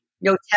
No